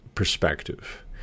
perspective